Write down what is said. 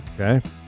Okay